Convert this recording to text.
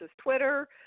Twitter